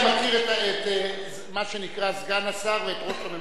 אני מכיר את מה שנקרא סגן השר ואת ראש הממשלה.